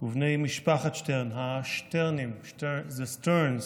ובני משפחת שטרן, השטרנים, The Sterns,